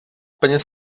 peněz